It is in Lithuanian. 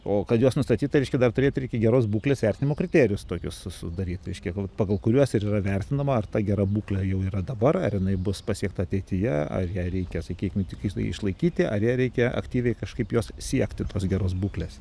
o kad juos nustatyt tai reiškia dar turėt reikia geros būklės vertinimo kriterijus tokius su sudaryt reiškia pagal kuriuos ir yra vertinama ar ta gera būklė jau yra dabar ar jinai bus pasiekta ateityje ar ją reikia sakykim tik išlaikyti ar ją reikia aktyviai kažkaip jos siekti tos geros būklės